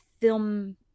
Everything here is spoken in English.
film